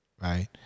Right